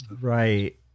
Right